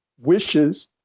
wishes